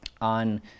on